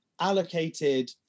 allocated